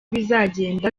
bizagenda